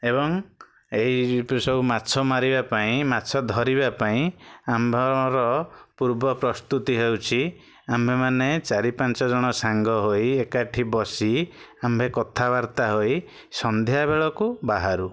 ଏବଂ ଏହି ସବୁ ମାଛ ମାରିବା ପାଇଁ ମାଛ ଧରିବା ପାଇଁ ଆମ୍ଭର ପୂର୍ବ ପ୍ରସ୍ତୁତି ହେଉଛି ଆମ୍ଭେମାନେ ଚାରି ପାଞ୍ଚ ଜଣ ସାଙ୍ଗ ହୋଇ ଏକାଠି ବସି ଆମ୍ଭେ କଥାବାର୍ତ୍ତା ହୋଇ ସନ୍ଧ୍ୟାବେଳକୁ ବାହାରୁ